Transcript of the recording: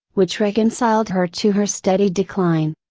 which reconciled her to her steady decline.